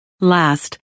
Last